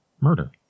murder